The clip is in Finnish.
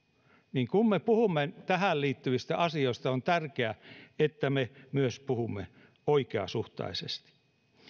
kun me puhumme tähän liittyvistä asioista on tärkeää että me myös puhumme oikeasuhtaisesti